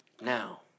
now